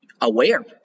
Aware